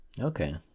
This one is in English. Okay